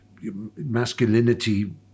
masculinity